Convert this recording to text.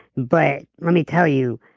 but let me tell you,